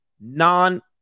non